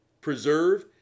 preserve